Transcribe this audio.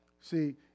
see